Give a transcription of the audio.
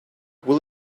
will